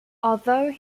although